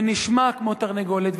נשמע כמו תרנגולת,